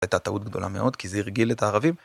הייתה טעות גדולה מאוד כי זה הרגיל את הערבים.